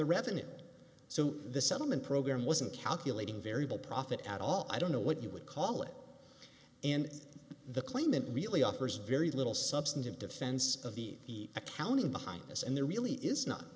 the revenues so the settlement program wasn't calculating variable profit at all i don't know what you would call it in the claim that really offers very little substantive defense of the accounting behind this and there really is not